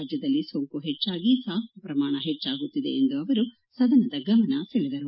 ರಾಜ್ಯದಲ್ಲಿ ಸೋಂಕು ಹೆಚ್ಚಾಗಿ ಸಾವಿನ ಪ್ರಮಾಣ ಹೆಚ್ಚಾಗುತ್ತಿದೆ ಎಂದು ಅವರು ಸದನದ ಗಮನ ಸೆಳೆದರು